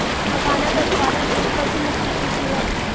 मखाना का उत्पादन एक पशुमुक्त कृषि है